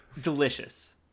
Delicious